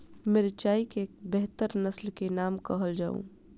मिर्चाई केँ बेहतर नस्ल केँ नाम कहल जाउ?